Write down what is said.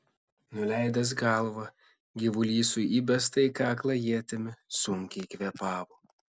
nuleidęs galvą gyvulys su įbesta į kaklą ietimi sunkiai kvėpavo